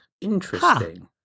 Interesting